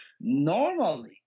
Normally